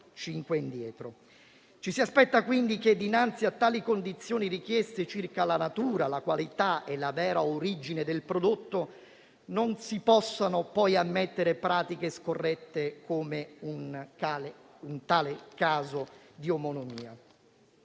Ci si aspetta quindi che dinanzi a tali condizioni richieste circa la natura, la qualità e la vera origine del prodotto, non si possano poi ammettere pratiche scorrette come un tale caso di omonimia.